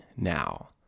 now